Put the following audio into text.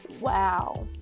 wow